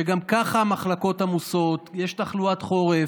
שגם ככה המחלקות עמוסות כי יש תחלואת חורף.